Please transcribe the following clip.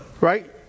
right